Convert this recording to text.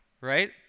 right